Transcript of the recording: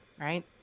right